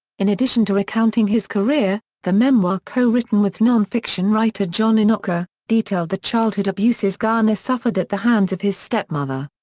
in addition to recounting his career, the memoir co-written with non-fiction writer jon winokur, detailed the childhood abuses garner suffered at the hands of his stepmother.